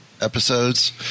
episodes